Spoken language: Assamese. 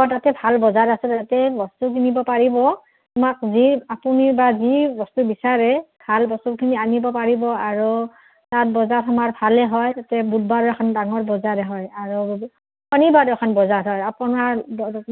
অঁ তাতে ভাল বজাৰ আছে তাতে বস্তু কিনিব পাৰিব তোমাক যি আপুনি বা যি বস্তু বিচাৰে ভাল বস্তুখিনি আনিব পাৰিব আৰু তাত বজাৰ সমাৰ ভালে হয় তাতে বুধবাৰে এখন ডাঙৰ বজাৰে হয় আৰু শনিবাৰেও এখন বজাৰ হয় আপোনাৰ